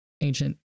Ancient